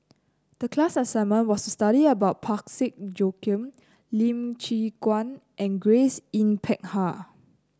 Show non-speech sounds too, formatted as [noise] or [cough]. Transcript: the class assignment was to study about Parsick Joaquim Lim Chwee [noise] Chian and Grace Yin Peck Ha